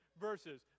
verses